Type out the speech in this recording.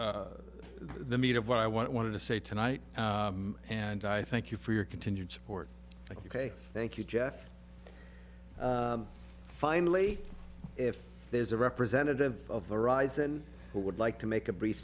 the meat of what i wanted to say tonight and i thank you for your continued support ok thank you jeff finally if there's a representative of the rise and who would like to make a brief